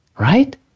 Right